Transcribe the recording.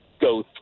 go